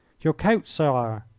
your coat, sire!